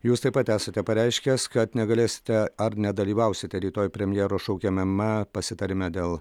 jūs taip pat esate pareiškęs kad negalėsite ar nedalyvausite rytoj premjero šaukiamame pasitarime dėl